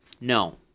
No